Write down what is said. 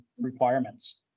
requirements